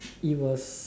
it was